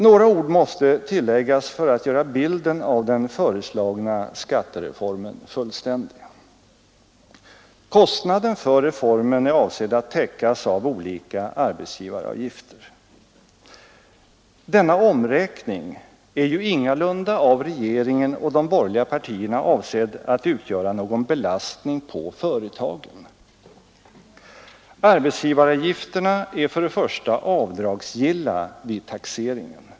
Några ord måste tilläggas för att göra bilden av den föreslagna skattereformen fullständig. Kostnaden för reformen är avsedd att täckas av olika arbetsgivaravgifter. Denna omräkning är ju ingalunda av regeringen och de borgerliga partierna avsedd att utgöra någon belastning på företagen. Arbetsgivaravgifterna är för det första avdragsgilla vid taxeringen.